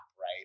right